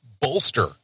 bolster